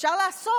אפשר לעשות,